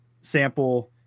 Sample